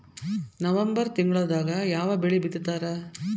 November ತಿಂಗಳದಾಗ ಯಾವ ಬೆಳಿ ಬಿತ್ತತಾರ?